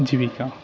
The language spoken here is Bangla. জীবিকা